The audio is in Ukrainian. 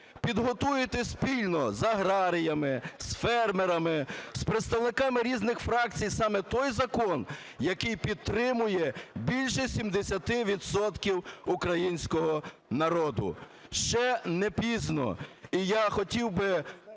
підготуєте спільно з аграріями, з фермерами, з представниками різних фракції саме той закон, який підтримує більше 70 відсотків українського народу. Ще не пізно. І я хотів би